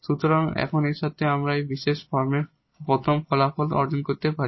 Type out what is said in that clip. সুতরাং এখন এর সাথে আমরা এখন এই পার্টিকুলার ফর্মের প্রথম ফলাফল অর্জন করতে পারি